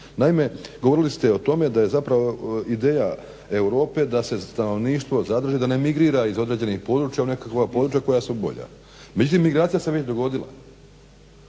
Naime, govorili ste o tome da je zapravo ideja Europe da se stanovništvo zadrži, da ne migrira iz određenih područja u nekakva područja koja su bolja. Međutim, migracija se već dogodila.